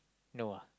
no ah